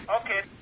Okay